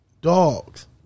dogs